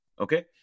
Okay